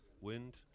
Wind